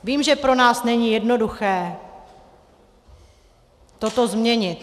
Vím, že pro nás není jednoduché toto změnit.